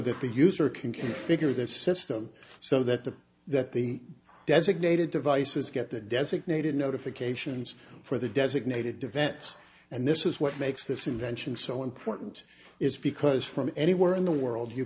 that the user can configure their system so that the that the designated devices get the designated notifications for the designated events and this is what makes this invention so important is because from anywhere in the world you